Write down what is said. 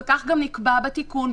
וכך גם נקבע בתיקון,